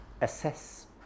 assess